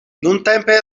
nuntempe